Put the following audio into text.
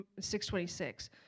626